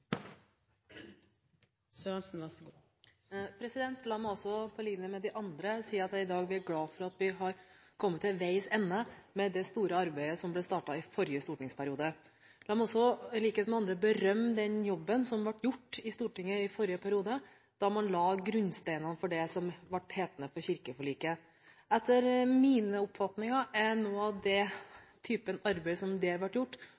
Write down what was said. glad for at vi har kommet til veis ende i det store arbeidet som ble startet i forrige stortingsperiode. La meg også, i likhet med andre, berømme den jobben som ble gjort i Stortinget i forrige periode, da man la grunnsteinen for det som ble hetende «kirkeforliket». Etter min oppfatning er det arbeidet som ble gjort der, noe av det